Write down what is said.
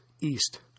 east